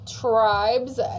tribes